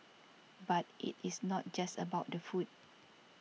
but it is not just about the food